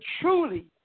truly